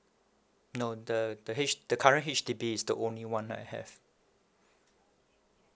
no the the H the current H_D_B is the only one I have